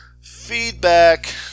feedback